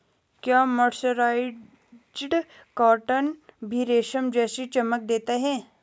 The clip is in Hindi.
क्या मर्सराइज्ड कॉटन भी रेशम जैसी चमक देता है?